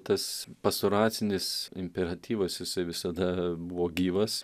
tas pastoracinis imperatyvas jisai visada buvo gyvas